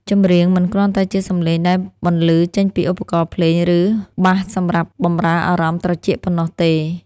ចម្រៀងមិនគ្រាន់តែជាសម្លេងដែលបន្លឺចេញពីឧបករណ៍ភ្លេង ឬបាសសម្រាប់បម្រើអារម្មណ៍ត្រចៀកប៉ុណ្ណោះទេ។